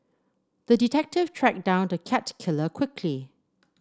the detective tracked down the cat killer quickly